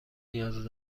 نیاز